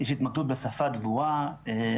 יש התמקדות בשפה דבורה,